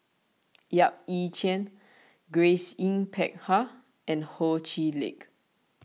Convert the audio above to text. Yap Ee Chian Grace Yin Peck Ha and Ho Chee Lick